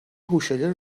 هوشیاری